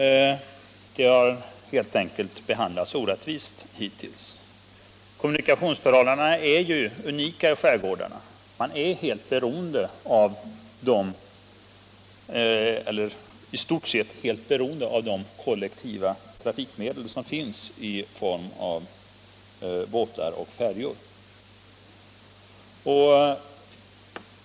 De har helt enkelt behandlats orättvist. Kommunikationsförhållandena är unika i skärgårdarna — befolkningen där är i stort sett helt beroende av de kollektivtrafikmedel som finns i form av båtar och färjor.